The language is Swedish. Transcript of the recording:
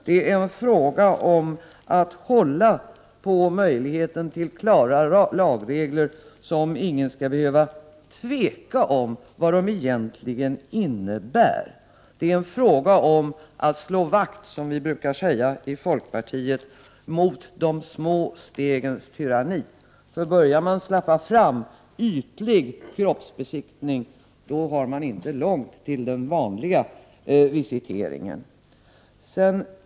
Det är en fråga om att hålla på klara lagregler vilkas innebörd ingen behöver tveka om. Det är en fråga om att slå vakt mot de små stegens tyranni, som vi brukar säga i folkpartiet. Om man börjar släppa fram ytlig kroppsbesiktning, då har man inte långt till den vanliga visiteringen. Herr talman!